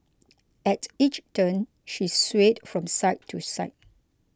at each turn she swayed from side to side